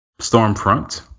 Stormfront